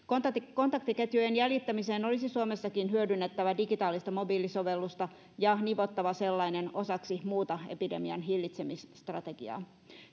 kontaktiketjujen jäljittämiseen olisi suomessakin hyödynnettävä digitaalista mobiilisovellusta ja nivottava sellainen osaksi muuta epidemian hillitsemisstrategiaa